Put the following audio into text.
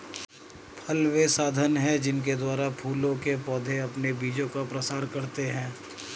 फल वे साधन हैं जिनके द्वारा फूलों के पौधे अपने बीजों का प्रसार करते हैं